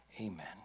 amen